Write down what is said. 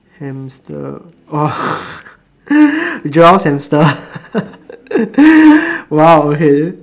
hamster orh Joel's hamster ah !wow! okay